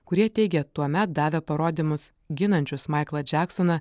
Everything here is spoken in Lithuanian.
kurie teigė tuomet davę parodymus ginančius maiklą džeksoną